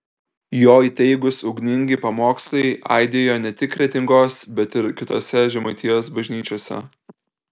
jo įtaigūs ugningi pamokslai aidėjo ne tik kretingos bet ir kitose žemaitijos bažnyčiose